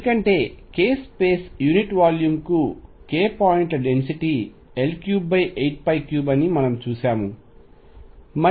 ఎందుకంటే k space unit వాల్యూమ్కు k పాయింట్ల డెన్సిటీ L383 అని మనము చూశాము